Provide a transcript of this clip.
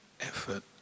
effort